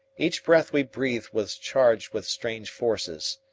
each breath we breathed was charged with strange forces.